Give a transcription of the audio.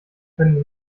können